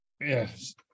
Yes